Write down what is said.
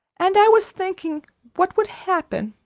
and i was thinking what would happen,